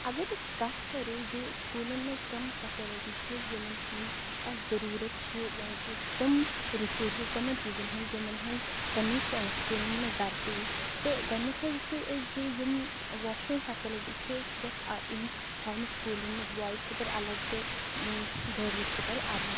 اَگر أسۍ کَتھ کَرو زِ سُکوٗلَن منٛز کٕم فیسَلٹی چھِ یِمن ہنٛدۍ اسہِ ضروٗرَت چھِ یعنی کہِ تِم رِسورسِز تِمَن چیٖزَن ہنٛز یِمن ہنٛز کٔمی چھِ یِوان سُکوٗلَن منٛز درپیش تہٕ گۄڈٕنیٚتھٕے وُچھو أسۍ زِ یِم واشروٗم فیسَلٹی چھِ سُہ گژھہِ یِنۍ تھاونہٕ سکوٗلَن منٛز بایِز خٲطرٕ اَلگ تہٕ گٔرلٕز خٲطرٕ اَلگ